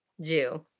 Jew